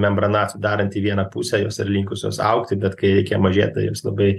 membrana atsidaranti į vieną pusę jos yra linkusios augti bet kai reikia mažėt tai jos labai